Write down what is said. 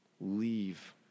Leave